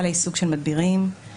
הסוגיה שמדובר בה היא מספר מצבים שיש לנו